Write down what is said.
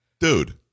Dude